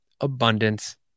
abundance